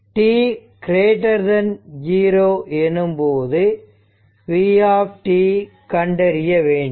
t0 எனும்போது v கண்டறிய வேண்டும்